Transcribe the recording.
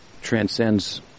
transcends